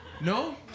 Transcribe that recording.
No